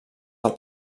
del